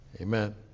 Amen